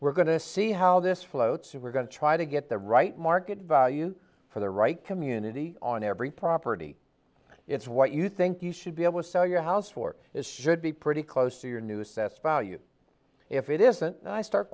we're going to see how this floats we're going to try to get the right market value for the right community on every property it's what you think you should be able to sell your house for it should be pretty close to your new assessed value if it isn't and i start